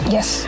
Yes